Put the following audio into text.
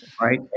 Right